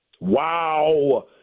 Wow